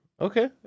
Okay